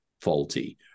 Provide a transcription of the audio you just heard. faulty